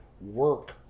work